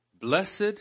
Blessed